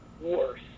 worse